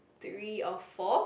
three or four